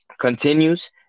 continues